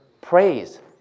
Praise